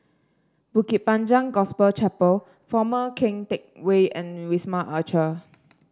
Bukit Panjang Gospel Chapel Former Keng Teck Whay and Wisma Atria